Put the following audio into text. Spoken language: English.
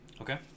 Okay